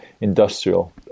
industrial